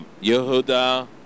Yehuda